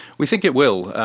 we think it will.